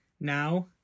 Now